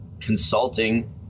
consulting